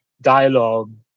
dialogue